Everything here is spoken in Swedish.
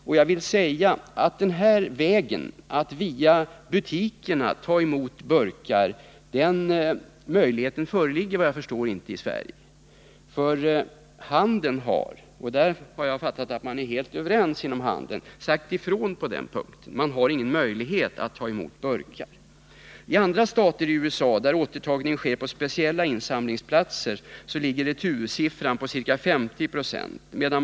Vad jag kan förstå finns det i Sverige ingen möjlighet att via butikerna samla in tomburkar. Handlarna har nämligen — och här har jag uppfattat det som om man är helt överens — sagt ifrån på den punkten. Man har ingen möjlighet att ta emot burkar. I andra stater i USA, där återtagningen sker på speciella insamlingsplatser, ligger retursiffran på ca 50 96.